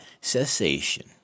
cessation